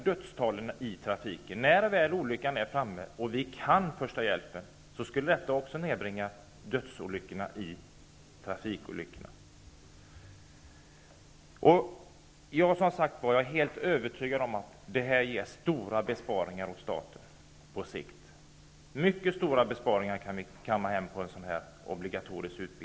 Antalet dödsolyckor i trafiken skulle också nedbringas. Jag är helt övertygad om att en sådan här obligatorisk utbildning ger mycket stora besparingar åt staten på sikt.